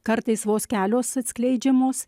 kartais vos kelios atskleidžiamos